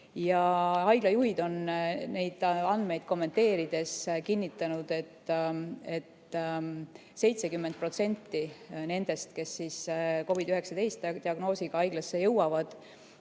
Haiglajuhid on neid andmeid kommenteerides kinnitanud, et 70% nendest, kes COVID‑19 diagnoosiga haiglasse jõuavad,